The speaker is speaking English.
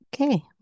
okay